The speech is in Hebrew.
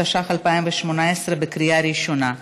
התשע"ח 2018, בקריאה ראשונה.